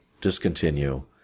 discontinue